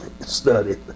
study